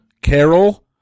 carol